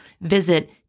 Visit